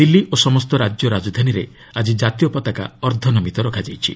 ଦିଲ୍ଲୀ ଓ ସମସ୍ତ ରାଜ୍ୟ ରାଜଧାନୀରେ ଆଜି କାତୀୟ ପତାକା ଅର୍ଦ୍ଧନମିତ ରଖାଯାଇଛି